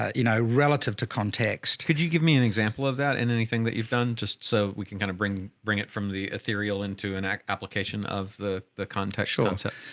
ah you know, relative to context. could you give me an example of that in anything that you've done just so we can kind of bring, bring it from the ethereal into an an application of the the context? short answer.